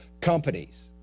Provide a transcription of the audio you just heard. companies